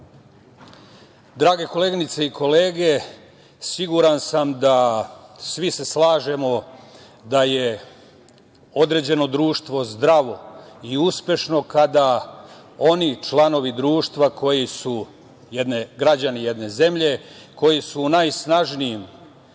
koleginice i kolege, siguran sam da se svi slažemo da je određeno društvo zdravo i uspešno kada oni članovi društva, građani jedne zemlje, koji su u najsnažnijim